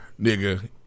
Nigga